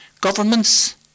governments